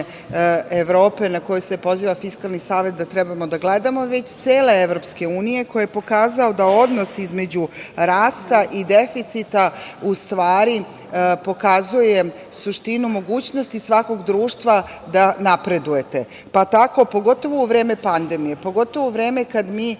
Evrope, na koju se poziva Fiskalni savet da trebamo da gledamo, već cele EU koji je pokazao da odnos između rasta i deficita u stvari pokazuje suštinu mogućnosti svakog društva da napredujete, pa tako pogotovo u vreme pandemije, pogotovo u vreme kada mi